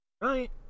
Right